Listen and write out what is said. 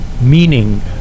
meaning